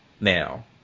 now